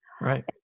Right